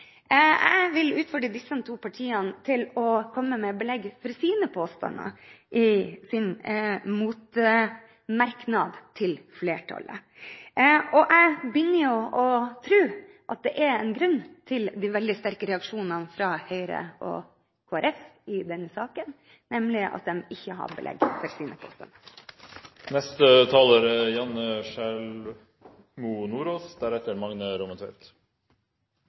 Jeg vil utfordre disse to partiene til å komme med belegg for sine påstander i sin mot-merknad til flertallet. Jeg begynner jo å tro at det er en grunn til de veldig sterke reaksjonene fra Høyre og Kristelig Folkeparti i denne saken, nemlig at de ikke har belegg for sine påstander. Flere storbyområder har en særlig stor vekst i folketallet og dermed et økt transportbehov. Senterpartiet er